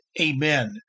amen